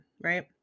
right